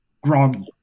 groggy